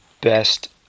best